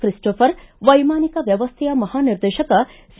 ಕಿಸ್ನೊಫರ್ ವೈಮಾನಿಕ ವ್ಯವಸ್ಥೆಯ ಮಹಾ ನಿರ್ದೇಶಕ ಸಿ